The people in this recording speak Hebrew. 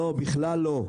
בכלל לא.